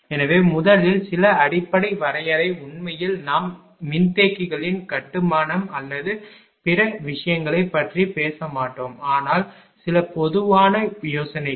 எனவே முதலில் சில அடிப்படை வரையறை உண்மையில் நாம் மின்தேக்கிகளின் கட்டுமானம் அல்லது பிற விஷயங்களைப் பற்றி பேச மாட்டோம் ஆனால் சில பொதுவான யோசனைகள்